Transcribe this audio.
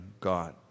God